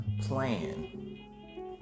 plan